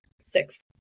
six